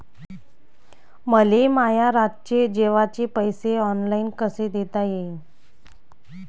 मले माया रातचे जेवाचे पैसे ऑनलाईन कसे देता येईन?